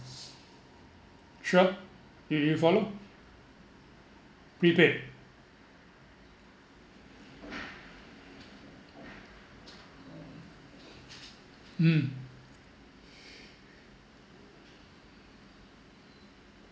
sure you you follow prepay hmm